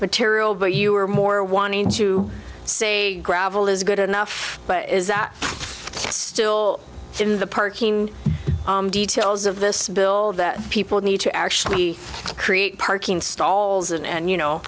material but you are more wanting to say gravel is good enough but is that still in the parking sales of this bill that people need to actually create parking stalls and you know